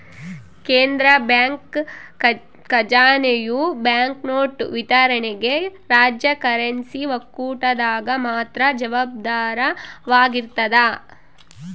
ಕೇಂದ್ರ ಬ್ಯಾಂಕ್ ಖಜಾನೆಯು ಬ್ಯಾಂಕ್ನೋಟು ವಿತರಣೆಗೆ ರಾಜ್ಯ ಕರೆನ್ಸಿ ಒಕ್ಕೂಟದಾಗ ಮಾತ್ರ ಜವಾಬ್ದಾರವಾಗಿರ್ತದ